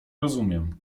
rozumiem